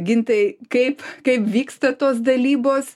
gintai kaip kaip vyksta tos dalybos